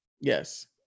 Yes